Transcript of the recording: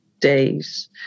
days